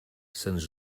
sens